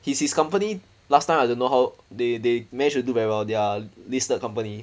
his his company last time I don't know how they they managed to do very well they are listed company